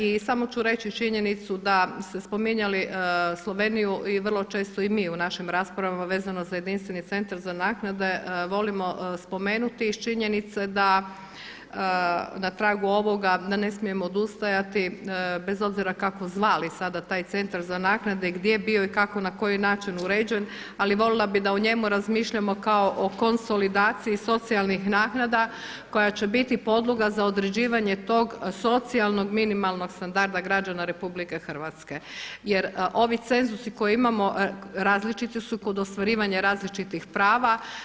I samo ću reći činjenicu da ste spominjali Sloveniju i vrlo često i mi u našim raspravama vezano za jedinstveni centar za naknade volimo spomenuti iz činjenice da na tragu ovoga ne smijemo bez obzira kako zvali sada taj centar za naknade, gdje bio i kako na koji način uređen, ali voljela bih da o njemu razmišljamo kao o konsolidaciji socijalnih naknada koja će biti podloga za određivanje tog socijalnog minimalnog standarda građana RH jer ovi cenzusi koje imamo različiti su kod ostvarivanja različitih prava.